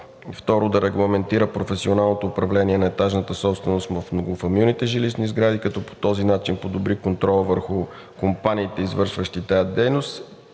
Второ, да регламентира професионалното управление на етажната собственост в многофамилните жилищни сгради, като по този начин подобри контрола върху компаниите, извършващи тази дейност.